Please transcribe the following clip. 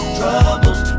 troubles